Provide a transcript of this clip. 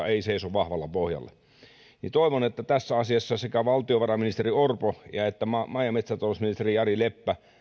ei seiso vahvalla pohjalla toivon että tässä asiassa sekä valtiovarainministeri orpo että maa maa ja metsätalousministeri jari leppä